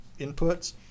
inputs